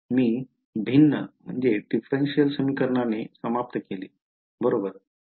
मी भिन्न समीकरण ने समाप्त केले बरोबर